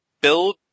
build